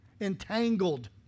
entangled